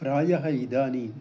प्रायः इदानीम्